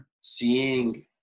Seeing